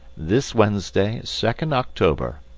this wednesday, second october,